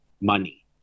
money